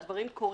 והדברים קורים.